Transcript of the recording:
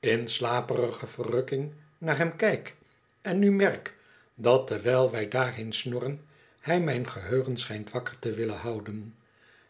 in slaperige verrukking naar hem kijk en nu merk dat terwijl wij daarheen snorren hij mijn geheugen schijnt wakker te willen houden